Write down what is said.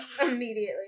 immediately